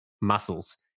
muscles